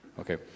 Okay